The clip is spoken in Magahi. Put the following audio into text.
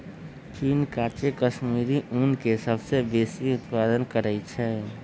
चीन काचे कश्मीरी ऊन के सबसे बेशी उत्पादन करइ छै